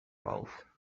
bulk